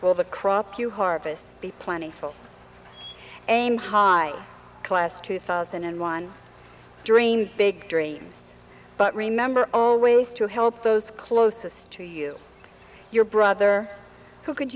will the crop you harvest be plentiful am high class two thousand and one dream big dreams but remember always to help those closest to you your brother who could